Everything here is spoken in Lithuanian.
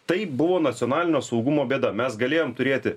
tai buvo nacionalinio saugumo bėda mes galėjom turėti